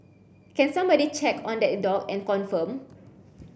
can somebody check on that dog and confirm